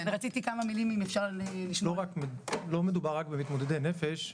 לא מדובר רק במתמודדי נפש.